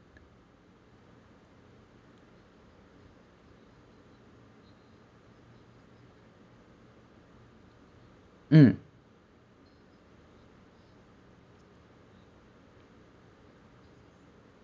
mm